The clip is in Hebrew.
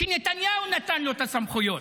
שנתניהו נתן לו את הסמכויות.